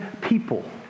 people